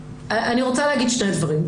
אני רוצה להגיד שני דברים.